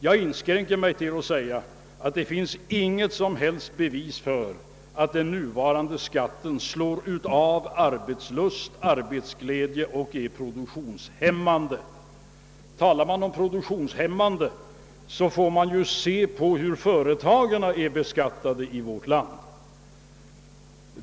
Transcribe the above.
Jag inskränker mig till att säga att det inte finns något som helst bevis för att den nuvarande skatten dämpar arbetslusten och arbetsglädjen eller är produktionshämmande. Då man talar om en produktionshämmande beskattning bör man se på hur företagen beskattas i vårt land.